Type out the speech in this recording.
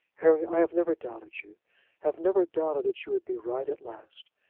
harry, i have never doubted you have never doubted that you would be right at last.